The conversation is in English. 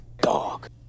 Dog